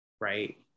right